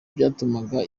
byatumaga